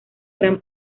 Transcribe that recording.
gran